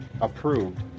approved